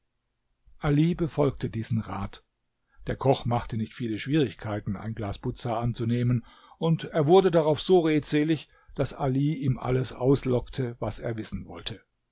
ali befolgte diesen rat der koch machte nicht viele schwierigkeiten ein glas buza anzunehmen und er wurde darauf so redselig daß ali ihm alles auslockte was er wissen wollte